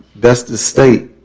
best state